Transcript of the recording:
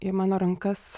į mano rankas